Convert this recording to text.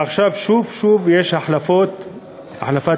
עכשיו שוב יש החלפת תיקים,